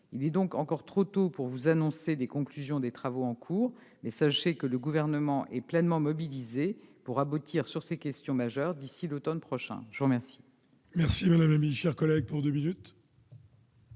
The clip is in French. Il est donc encore trop tôt pour vous annoncer les conclusions des travaux en cours, mais sachez que le Gouvernement est pleinement mobilisé pour aboutir sur ces questions majeures d'ici à l'automne prochain. La parole